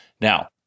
Now